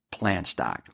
Plantstock